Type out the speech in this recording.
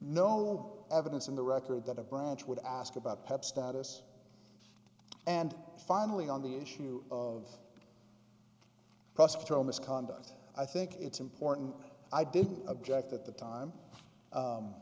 no evidence in the record that a branch would ask about pep status and finally on the issue of prosecutorial misconduct i think it's important i didn't object at the time